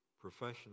profession